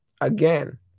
again